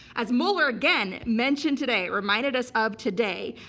as mueller again mentioned today, reminded us of today,